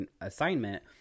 assignment